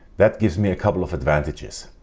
that gives me a couple of advantages.